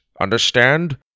Understand